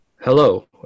Hello